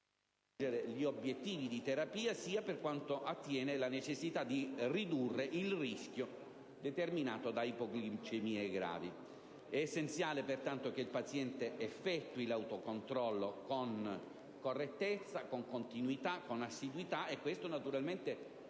gli obiettivi di terapia sia per quanto attiene alla necessità di ridurre il rischio determinato da ipoglicemie gravi. È essenziale quindi che il paziente effettui l'autocontrollo con correttezza, continuità e assiduità. A tal